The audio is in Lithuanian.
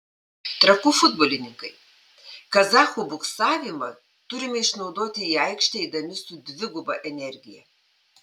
trakų futbolininkai kazachų buksavimą turime išnaudoti į aikštę eidami su dviguba energija